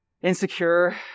insecure